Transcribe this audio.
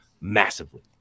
massively